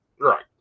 Right